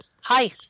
Hi